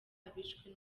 abishwe